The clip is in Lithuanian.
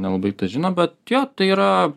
nelabai žino bet jo tai yra